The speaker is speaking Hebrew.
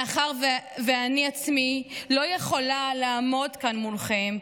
מאחר שאני עצמי לא יכולה לעמוד כאן מולכם,